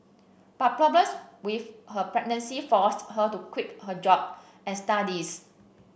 but problems with her pregnancy forced her to quit her job and studies